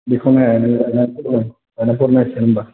बेखौनो नायनानै फरायनांसिगोन होमबा